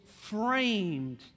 framed